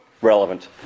relevant